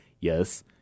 yes